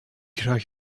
graag